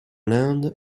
l’inde